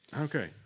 Okay